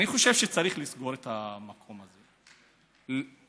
אני חושב שצריך לסגור את המקום הזה, בכלל.